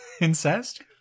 incest